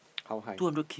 how high